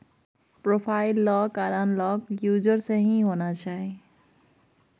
profile lock आर unlock user से ही हुआ चाहिए